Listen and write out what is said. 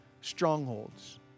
strongholds